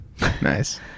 nice